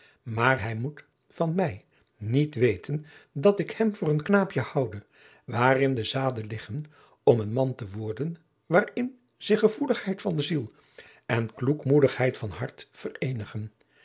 maar hij moet van mij niet weten dat ik hem voor een knaapje houde waarin de zade liggen om een man te worden waarin zich gevoeligheid van ziel en kloekmoedigheid van hart vereenigen